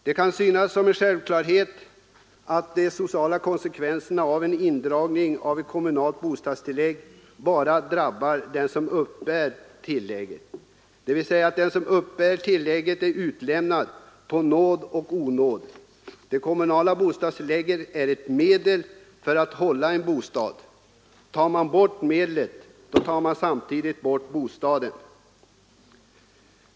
Det kan synas som en självklarhet att de sociala konsekvenserna av en indragning av kommunalt bostadstillägg bara drabbar den som har uppburit tillägget. Det betyder att den som uppbär kommunalt bostadstillägg är utlämnad på nåd och onåd. Det kommunala bostadstillägget är ett medel för att hålla en bostad. Tar man bort det medlet, tar man samtidigt bort bostaden.